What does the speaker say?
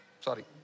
Sorry